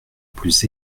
plus